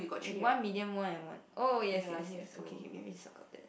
one medium more than one oh yes yes yes okay okay let me circle that